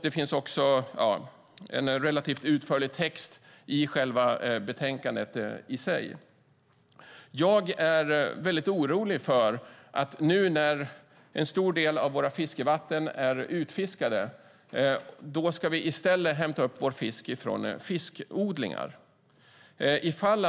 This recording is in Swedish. Det finns också en relativt utförlig text om detta i själva betänkandet. Jag är mycket orolig för att vi ska hämta upp vår fisk från fiskodlingar nu när en stor del av våra fiskevatten är utfiskade.